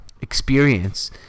experience